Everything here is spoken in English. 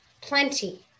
plenty